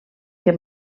què